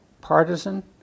partisan